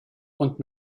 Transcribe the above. und